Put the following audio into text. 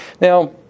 Now